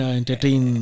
entertain